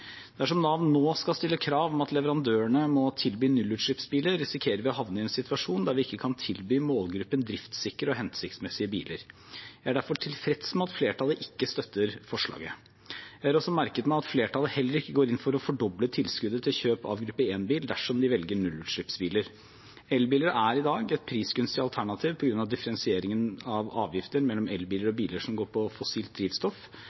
Dersom Nav nå skal stille krav om at leverandører må tilby nullutslippsbiler, risikerer vi å havne i en situasjon der vi ikke kan tilby målgruppen driftssikre og hensiktsmessige biler. Jeg er derfor tilfreds med at flertallet ikke støtter forslaget. Jeg har også merket meg at flertallet heller ikke går inn for å fordoble tilskuddet til kjøp av gruppe 1-bil dersom man velger nullutslippsbiler. Elbiler er i dag et prisgunstig alternativ på grunn av differensieringen av avgifter mellom elbiler og biler som går på fossilt drivstoff.